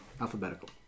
alphabetical